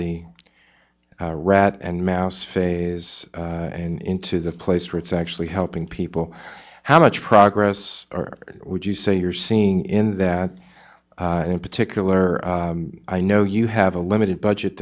the rat and mouse phase and into the place where it's actually helping people how much progress are would you say you're seeing in that and in particular i know you have a limited budget